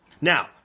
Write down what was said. Now